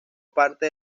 parte